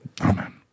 Amen